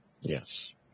Yes